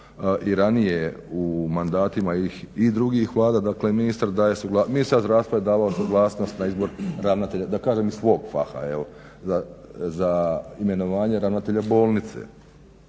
i ranije u mandatima i drugih Vlada. Dakle, ministar daje suglasnost. Ministar zdravstva je davao suglasnost na izbor ravnatelja, da kažem iz svog faha, za imenovanje ravnatelja bolnice.